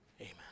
Amen